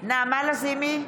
נעמה לזימי,